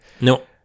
No